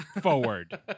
forward